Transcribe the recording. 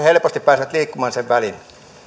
helposti pääsevät liikkumaan sen välin